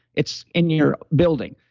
it's in your building.